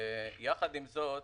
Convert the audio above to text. יחד עם זאת,